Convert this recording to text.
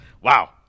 wow